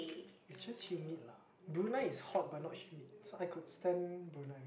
it's just humid lah Brunei is hot but not humid so I could stand Brunei